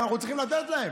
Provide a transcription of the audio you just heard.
אנחנו צריכים לתת להם,